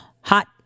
Hot